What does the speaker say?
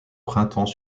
printemps